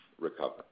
recover